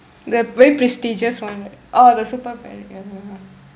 the very prestigious one right oh the super ballet ya